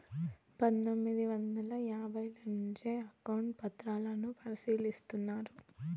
పందొమ్మిది వందల యాభైల నుంచే అకౌంట్ పత్రాలను పరిశీలిస్తున్నారు